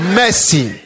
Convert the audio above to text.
mercy